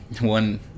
one